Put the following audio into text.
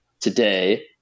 today